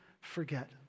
forget